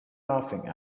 laughing